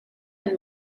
and